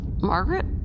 Margaret